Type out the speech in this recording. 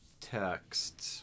text